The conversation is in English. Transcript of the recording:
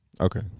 Okay